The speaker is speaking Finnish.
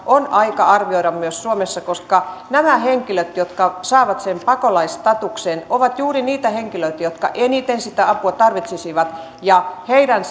tätä on aika arvioida myös suomessa koska nämä henkilöt jotka saavat sen pakolaisstatuksen ovat juuri niitä henkilöitä jotka eniten sitä apua tarvitsisivat ja heidän